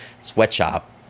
sweatshop